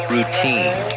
Routine